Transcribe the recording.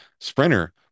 sprinter